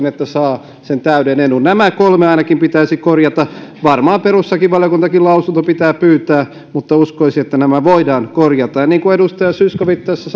että saa sen täyden edun nämä kolme ainakin pitäisi korjata varmaan perustuslakivaliokunnaltakin lausunto pitää pyytää mutta uskoisin että nämä voidaan korjata niin kuin edustaja zyskowicz tässä